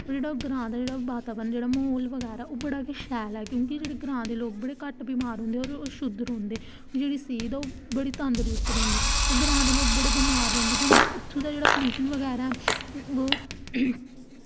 ओह् जेह्ड़ा ग्रांऽ दा वातावरण म्हौल बगैरा ओह् बड़ा गै शैल ऐ जेह्ड़े ग्रांऽ दे लोग जेह्ड़े ओह् घट्ट बीमार रौहंदे होर शुद्ध रौहंदे ते ओह् जेह्ड़ी सेह्त ऐ ओह् तंदरुस्त रौहंदी ते ग्रांऽ दे लोक बड़े बमार रौहंदे की के ओह् उत्थें दा जेह्कड़ा प्लूशन बगैरा ओह्